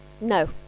No